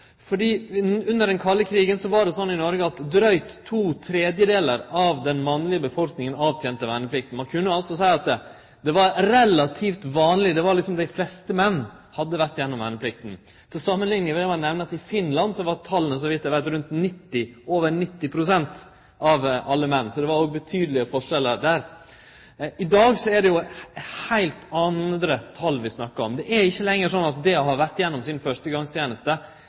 krigen avtente drygt to tredelar av den mannlege befolkninga i Noreg verneplikta. Ein kan seie at det var relativt vanleg, dei fleste menn hadde vore gjennom verneplikta. Til samanlikning vil eg nemne at i Finland var tala – så vidt eg veit – over 90 pst. av alle menn, så der var det ein betydeleg forskjell. I dag er det heilt andre tal vi snakkar om. Det er ikkje lenger slik at det å ha vore gjennom førstegongstenesta betyr at ein gjer det det store fleirtalet av sin